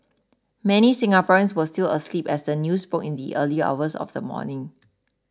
many Singaporeans were still asleep as the news broke in the early hours of the morning